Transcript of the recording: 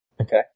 Okay